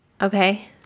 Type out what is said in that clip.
Okay